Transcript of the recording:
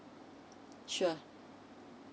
sure